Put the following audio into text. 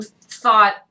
thought